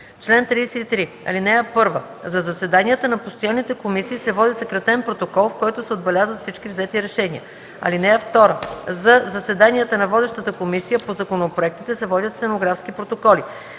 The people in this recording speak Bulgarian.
„Чл. 33. (1) За заседанията на постоянните комисии се води секретен протокол, в който се отбелязват всички взети решения. (2) За заседанията на Водещата комисия по законопроектите се водят стенографски протоколи.